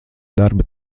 darba